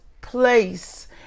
place